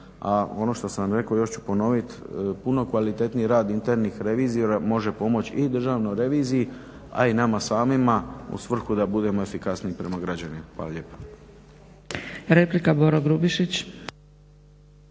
A ono što sam rekao, još ću ponoviti, puno kvalitetniji rad internih revizora može pomoći i Državnoj reviziji a i nama samima u svrhu da budemo efikasniji prema građanima. Hvala lijepa.